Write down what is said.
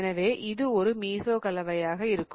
எனவே இது ஒரு மீசோ கலவையாக இருக்கும்